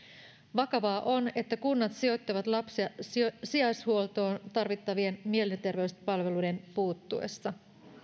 vakavaa on että kunnat sijoittavat lapsia sijaishuoltoon tarvittavien mielenterveyspalveluiden puuttuessa